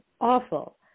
awful